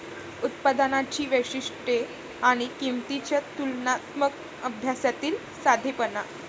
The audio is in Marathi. उत्पादनांची वैशिष्ट्ये आणि किंमतींच्या तुलनात्मक अभ्यासातील साधेपणा